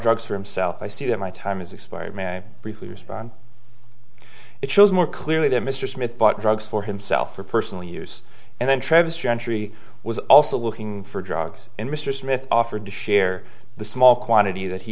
drugs for himself i see that my time has expired may briefly respond it shows more clearly that mr smith bought drugs for himself for personal use and then travis gentry was also looking for drugs in mr smith offered to share the small quantity that he